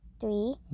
three